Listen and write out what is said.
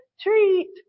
treat